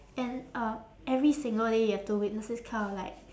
and uh every single day you have to witness this kind of like